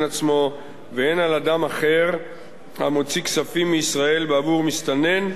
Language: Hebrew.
עצמו והן על אדם אחר המוציא כספים מישראל בעבור מסתנן,